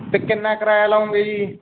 ਅਤੇ ਕਿੰਨਾ ਕਿਰਾਇਆ ਲਓਗੇ ਜੀ